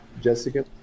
Jessica